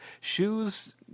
shoes